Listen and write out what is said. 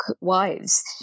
wives